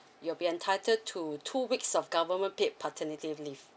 you'll be entitled to two weeks of government paid paternity leave